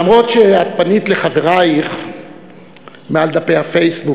למרות שאת פנית לחברייך מעל דפי הפייסבוק